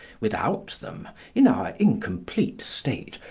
without them, in our incomplete state,